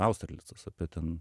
austerlicas apie ten